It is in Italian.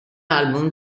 album